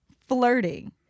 flirting